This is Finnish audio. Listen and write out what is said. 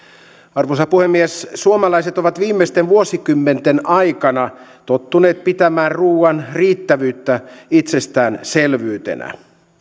arvoisa puhemies suomalaiset ovat viimeisten vuosikymmenten aikana tottuneet pitämään ruuan riittävyyttä itsestäänselvyytenä